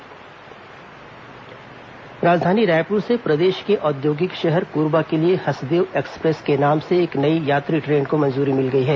Hasdeo express राजधानी रायपुर से प्रदेश के औद्योगिक शहर कोरबा के लिए हसदेव एक्सप्रेस के नाम से एक नई यात्री ट्रेन को मंजूरी मिल गई है